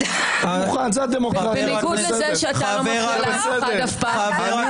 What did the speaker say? בניגוד לזה שאתה לא מפריע לאף אחד אף פעם.